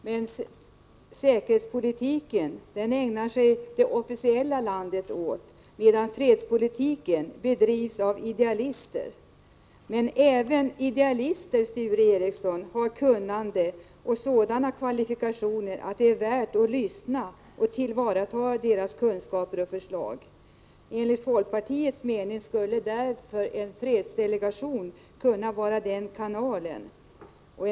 Men säkerhetspolitiken i vårt land bedrivs på det officiella planet medan fredspolitiken bedrivs av idealister. Även idealister, Sture Ericson, har dock kunnande och sådana kvalifikationer att det är värt att lyssna på dem och tillvarata deras kunskaper och förslag. Enligt folkpartiets mening skulle en fredsdelegation kunna vara en kanal för detta.